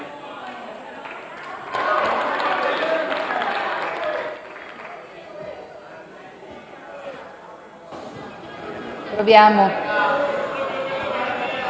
Proviamo